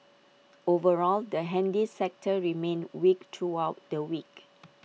overall the handy sector remained weak throughout the week